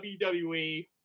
WWE